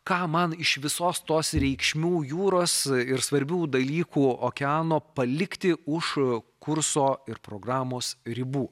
ką man iš visos tos reikšmių jūros ir svarbių dalykų okeano palikti už kurso ir programos ribų